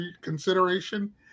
consideration